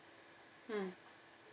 mm